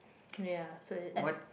ya so